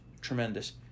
tremendous